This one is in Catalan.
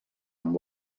amb